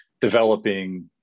developing